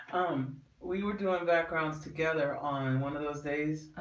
um we were doing backgrounds together on one of those days